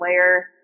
layer